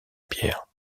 pierre